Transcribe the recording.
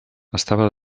estava